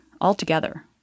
altogether